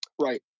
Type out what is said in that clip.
Right